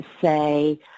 say